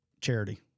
charity